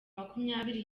makumyabiri